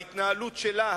בהתנהלות שלה,